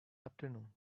afternoon